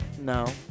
no